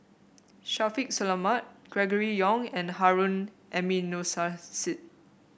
Shaffiq Selamat Gregory Yong and Harun Aminurrashid